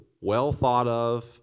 well-thought-of